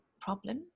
problem